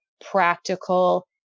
practical